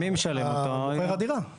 עובר הדירה.